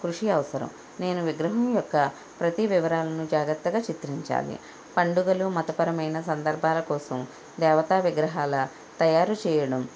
కృషి అవసరం నేను విగ్రహం యొక్క ప్రతి వివరాలను జాగ్రత్తగా చిత్రించాలి పండుగలు మతపరమైన సందర్భాల కోసం దేవతా విగ్రహాలు తయారు చేయడం